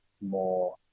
more